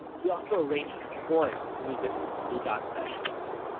he also arranged the scoring with music from blue dot sessions.